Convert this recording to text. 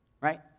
right